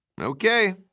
Okay